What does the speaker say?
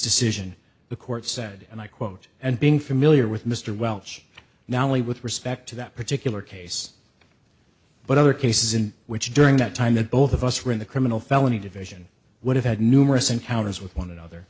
decision the court said and i quote and being familiar with mr welch now only with respect to that particular case but other cases in which during that time that both of us were in the criminal felony division would have had numerous encounters with one another